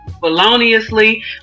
feloniously